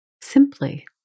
simply